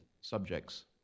subjects